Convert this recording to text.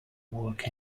work